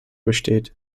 besteht